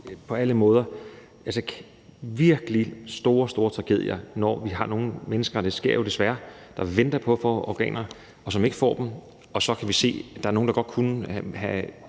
på alle måder virkelig store, store tragedier, når vi har nogle mennesker, og det sker jo desværre, der venter på at få organer, og som ikke får dem, og så kan vi se, at vi godt kunne have